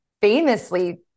famously